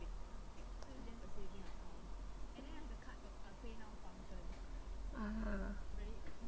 ah